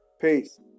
Peace